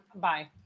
Bye